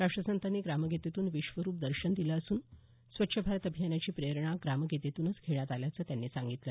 राष्ट्रसंतांनी ग्रामगीतेतून विश्वरूप दर्शन दिलं असून स्वच्छ भारत अभियानाची प्रेरणा ग्रामगीतेतूनच घेण्यात आल्याचं त्यांनी सांगितलं